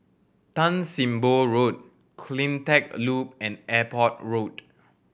Tan Sim Boh Road Cleantech Loop and Airport Road